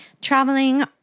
traveling